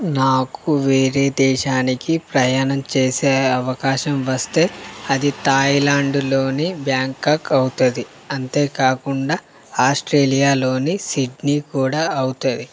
నాకు వేరే దేశానికి ప్రయాణం చేసే అవకాశం వస్తే అది థాయిలాండ్లోని బ్యాంకాక్ అవుతుంది అంతేకాకుండా ఆస్ట్రేలియాలోని సిడ్నీ కూడా అవుతుంది